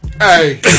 Hey